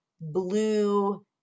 blue